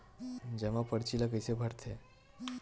जमा परची ल कइसे भरथे?